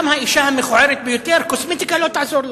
גם, האשה המכוערת ביותר, קוסמטיקה לא תעזור לה.